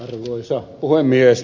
arvoisa puhemies